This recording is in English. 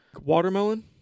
watermelon